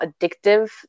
addictive